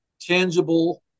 tangible